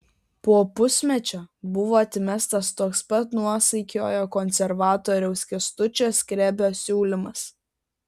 po pusmečio buvo atmestas toks pat nuosaikiojo konservatoriaus kęstučio skrebio siūlymas